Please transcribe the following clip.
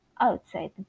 outside